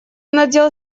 надел